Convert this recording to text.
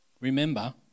remember